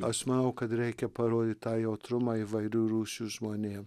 aš manau kad reikia parodyt tą jautrumą įvairių rūšių žmonėm